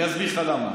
אני אסביר לך למה.